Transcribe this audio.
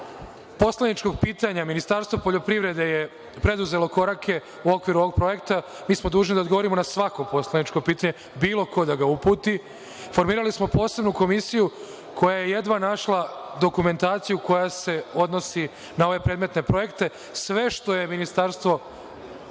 poslaničkog pitanja, Ministarstvo poljoprivrede je preduzelo korake u okviru ovog projekta. Mi smo dužni da odgovorimo na svako poslaničko pitanje, bilo ko da ga uputi. Formirali smo posebnu komisiju koja je jedva našla dokumentaciju koja se odnosi na ove predmetne projekte. Sve što je Ministarstvo